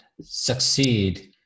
succeed